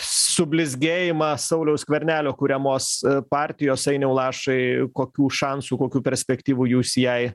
sublizgėjimą sauliaus skvernelio kuriamos partijos ainiau lašai kokių šansų kokių perspektyvų jūs jai